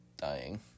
dying